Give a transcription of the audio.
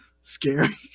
scary